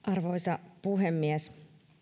arvoisa puhemies